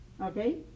okay